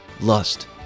lust